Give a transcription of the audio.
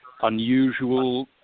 unusual